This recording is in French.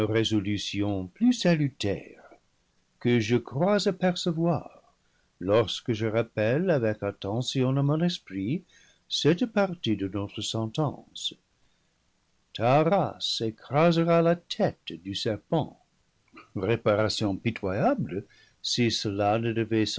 résolution livre x plus salutaire que je crois apercevoir lorsque je rappelle avec attention à mon esprit cette partie de notre sentence ta race écrasera la tête du serpent réparation pitoyable si cela ne devait